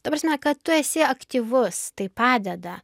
ta prasme kad tu esi aktyvus tai padeda